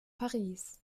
paris